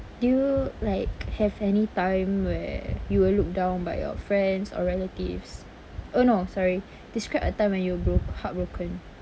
do you like have any time where you were looked down by your friends or relatives oh no sorry describe a time when you were bro~ heartbroken